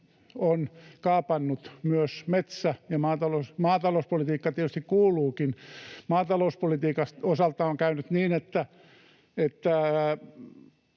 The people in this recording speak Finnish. on kaapannut myös metsä- ja maatalouden — maatalouspolitiikan tietysti kuuluukin olla siellä. Maatalouspolitiikan osalta on käynyt niin, että